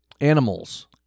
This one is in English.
Animals